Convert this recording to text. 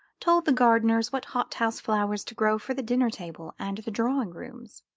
told the gardeners what hot-house flowers to grow for the dinner-table and the drawing-rooms,